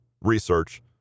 research